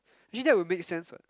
actually that would make sense [what]